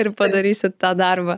ir padarysit tą darbą